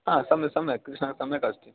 हा सम्यक् सम्यक् हा सम्यक् अस्ति